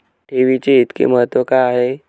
ठेवीचे इतके महत्व का आहे?